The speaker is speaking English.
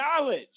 knowledge